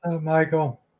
Michael